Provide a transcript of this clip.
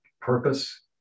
purpose